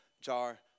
jar